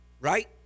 right